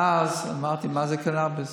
ואז אמרתי: מה זה קנביס?